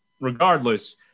regardless